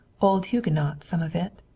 old huguenot, some of it.